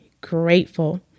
grateful